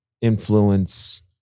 influence